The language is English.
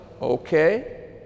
okay